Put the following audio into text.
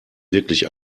wirklich